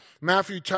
Matthew